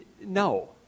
No